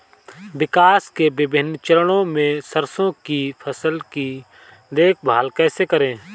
विकास के विभिन्न चरणों में सरसों की फसल की देखभाल कैसे करें?